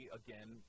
again